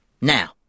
Now